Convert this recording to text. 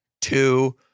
two